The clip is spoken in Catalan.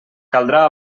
caldrà